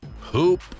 Hoop